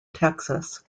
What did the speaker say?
texas